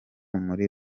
muri